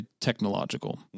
technological